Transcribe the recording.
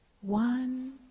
one